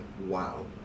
wow